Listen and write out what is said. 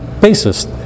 basis